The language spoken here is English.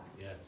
Yes